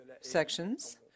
sections